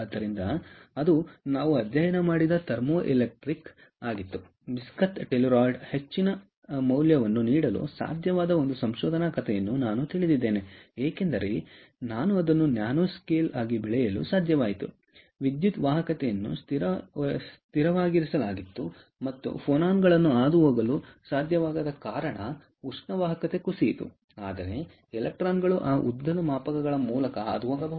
ಆದ್ದರಿಂದ ಅದು ನಾವು ಅಧ್ಯಯನ ಮಾಡಿದ ಥರ್ಮೋಎಲೆಕ್ಟ್ರಿಕ್ ಜನರೇಟರ್ ಆಗಿತ್ತು ಬಿಸ್ಮತ್ ಟೆಲ್ಯುರೈಡ್ ಹೆಚ್ಚಿನ ಮೌಲ್ಯವನ್ನು ನೀಡಲು ಸಾಧ್ಯವಾದ ಒಂದು ಸಂಶೋಧನಾ ಕಥೆಯನ್ನು ನಾನು ತಿಳಿದಿದ್ದೇನೆ ಏಕೆಂದರೆ ನಾವು ಅದನ್ನು ನ್ಯಾನೊ ಸ್ಕೇಲ್ ಆಗಿ ಬೆಳೆಯಲು ಸಾಧ್ಯವಾಯಿತು ವಿದ್ಯುತ್ ವಾಹಕತೆಯನ್ನು ಸ್ಥಿರವಾಗಿರಿಸಲಾಗಿತ್ತು ಮತ್ತು ಫೋನಾನ್ಗಳು ಹಾದುಹೋಗಲು ಸಾಧ್ಯವಾಗದ ಕಾರಣ ಉಷ್ಣ ವಾಹಕತೆ ಕುಸಿಯಿತು ಆದರೆ ಎಲೆಕ್ಟ್ರಾನ್ ಗಳು ಆ ಉದ್ದದ ಮಾಪಕಗಳ ಮೂಲಕ ಹಾದುಹೋಗಬಹುದು